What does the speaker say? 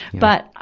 but,